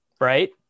right